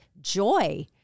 joy